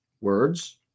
words